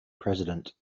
president